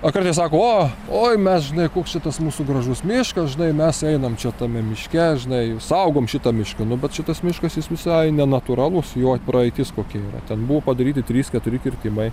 a kartais sako o oi mes žinai koks šitas mūsų gražus miškas žinai mes einam čia tame miške žinai saugom šitą mišką nu bet šitas miškas jis visai nenatūralus jo praeitis kokia yra ten buvo padaryti trys keturi kirtimai